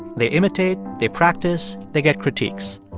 they imitate. they practice. they get critiques.